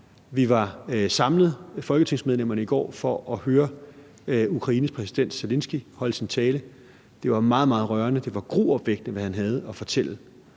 folketingsmedlemmer var samlet i går for at høre Ukraines præsident, Zelenskyj, holde sin tale. Det var meget, meget rørende, og det var gruopvækkende, hvad han havde at fortælle.